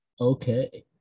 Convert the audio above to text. Okay